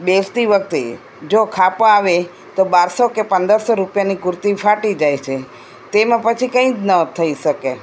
બેસતી વખતે જો ખાપા આવે તો બારસો કે પંદરસો રૂપિયાની કુર્તી ફાટી જાય છે તેમાં પછી કંઈ જ ન થઈ શકે